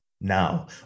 Now